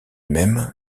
même